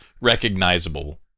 recognizable